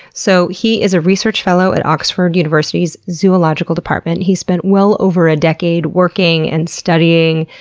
so he is a research fellow at oxford university's zoological department, he spent well over a decade working, and studying,